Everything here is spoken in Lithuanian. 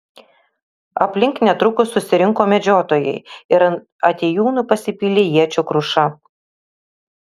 aplink netrukus susirinko medžiotojai ir ant atėjūnų pasipylė iečių kruša